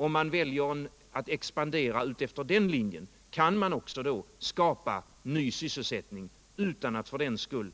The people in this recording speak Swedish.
Om man väljer att expandera efter den linjen kan man också skapa ny sysselsättning utan att för den skull